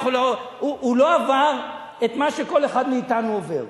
הוא לא עבר את מה שכל אחד מאתנו עובר.